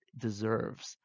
deserves